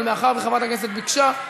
אבל מאחר שחברת הכנסת ביקשה,